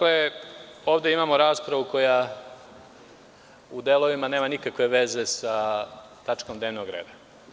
Ovde imamo raspravu koja u delovima nema nikakve veze sa tačkom dnevnog reda.